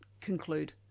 conclude